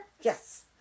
yes